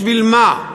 בשביל מה?